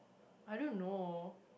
I don't know